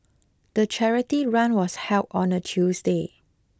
the charity run was held on a Tuesday